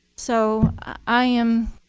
so i am,